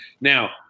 Now